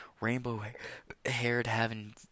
rainbow-haired-having